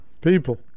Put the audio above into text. People